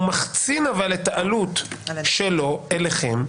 אבל הוא מחצין את העלות שלו אליכם.